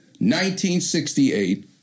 1968